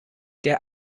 der